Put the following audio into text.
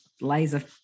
laser